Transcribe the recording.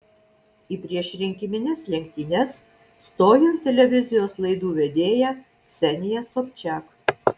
į priešrinkimines lenktynes stojo ir televizijos laidų vedėja ksenija sobčiak